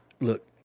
look